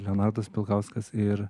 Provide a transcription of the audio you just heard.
renatas pilkauskas ir